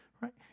right